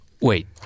Wait